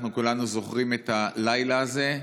אנחנו כולנו זוכרים את הלילה הזה.